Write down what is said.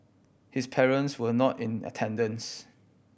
his parents were not in attendance